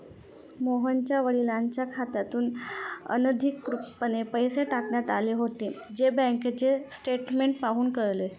मोहनच्या वडिलांच्या खात्यातून अनधिकृतपणे पैसे काढण्यात आले होते, जे बँकेचे स्टेटमेंट पाहून कळले